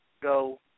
go